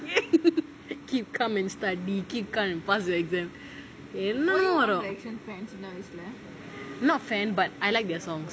keep calm and study keep calm and pass your exams என்னமோ வரும்:ennamo varum not fan but I like their song